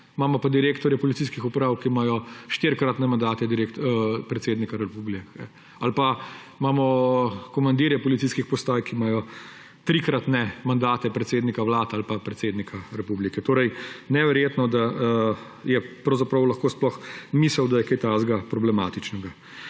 Imamo pa direktorje policijskih uprav, ki imajo štirikratne mandate predsednika republike. Ali pa imamo komandirje policijskih postaj, ki imajo trikratne mandate predsednika vlad ali pa predsednika republike. Neverjetno, da je sploh pravzaprav lahko misel, da je kaj takega problematičnega.